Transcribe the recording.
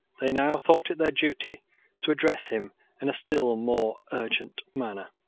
they now thought it their duty to address him in a still more urgent manner.